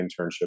internship